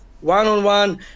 one-on-one